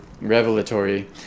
revelatory